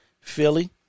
Philly